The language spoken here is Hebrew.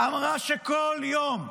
אמרה שכל יום,